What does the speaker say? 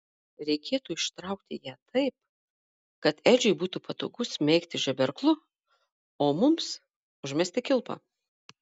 reikėtų ištraukti ją taip kad edžiui būtų patogu smeigti žeberklu o mums užmesti kilpą